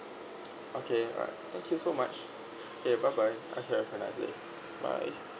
okay right thank you so much okay bye bye have a nice day bye